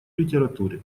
литературе